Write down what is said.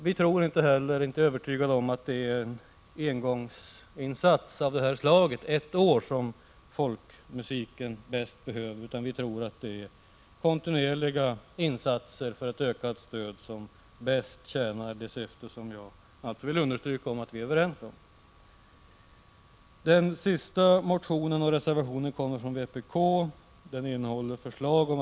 Vi är inte övertygade om att folkmusiken bäst behöver en engångsinsats av det här slaget, utan vad som behövs är kontinuerliga insatser för ett ökat stöd. Detta skulle bäst tjäna det syfte som jag vill understryka att vi är överens om. Vpk står bakom den i betänkandet sist behandlade motionen och reservationen.